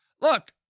Look